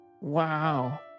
Wow